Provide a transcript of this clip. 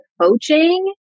coaching